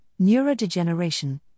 neurodegeneration